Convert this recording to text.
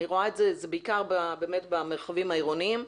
זה בעיקר במרחבים העירוניים,